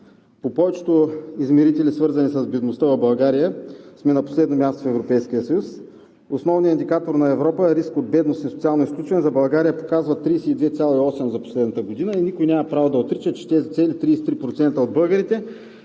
По повечето измерители, свързани с бедността в България, сме на последно място в Европейския съюз. Основният индикатор на Европа е риск от бедност и социално изключване. За България показва 32,8 за последната година, и никой няма право да отрича, че тези цели 33% от българите